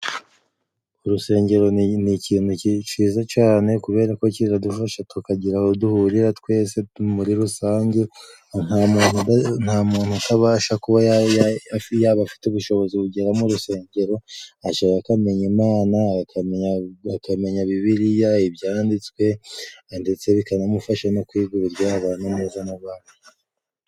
Urusengero ni ni ikintu cyiza cane kubera ko kiradufasha tukagira aho duhurira twese muri rusange ,nta muntu nta muntu utabasha kuba yaba afite ubushobozi bugera mu rusengero yashaka akamenya Imana, akamenya bibiliya ibyanditswe ndetse bikanamufasha no kwiga uburyo yabana neza n'abandi.